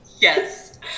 Yes